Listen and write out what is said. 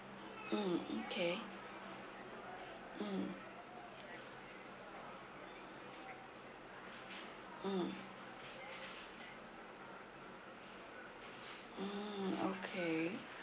mm okay mm mm mm okay